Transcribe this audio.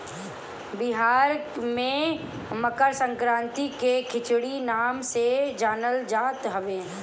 बिहार में मकरसंक्रांति के खिचड़ी नाम से जानल जात हवे